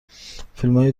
فیلمای